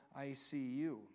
ICU